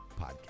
podcast